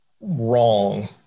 wrong